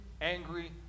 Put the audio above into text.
angry